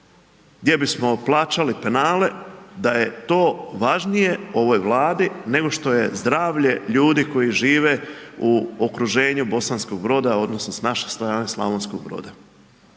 gdje bismo plaćali penale, da je to važnije ovoj Vladi nego što je zdravlje ljudi koji žive u okruženju Bosanskog Broda odnosno s naše strane Slavonskog Broda.